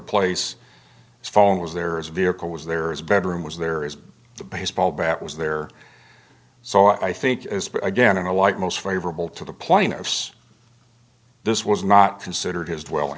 a vehicle was there as a bedroom was there as the baseball bat was there so i think as again in a light most favorable to the plaintiffs this was not considered his dwell